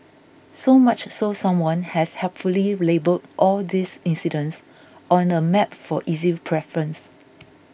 so much so someone has helpfully labelled all these incidents on a map for easy preference